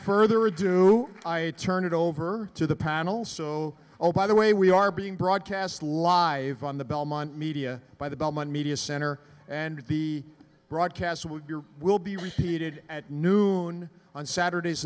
further ado i turn it over to the panel so oh by the way we are being broadcast live on the belmont media by the bellman media center and the broadcast we will be repeated at noon on saturdays